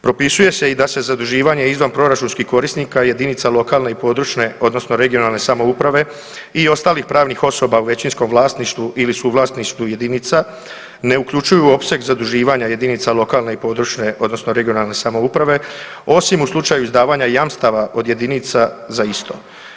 Propisuje se i da se i zaduživanje izvanproračunskih korisnika jedinica lokalne i područne odnosno regionalne samouprave i ostalih pravnih osoba u većinskom vlasništvu ili suvlasništvu jedinica ne uključuju u opseg zaduživanja jedinica lokalne i područne odnosno regionalne samouprave osim u slučaju izdavanja jamstava od jedinica za isto.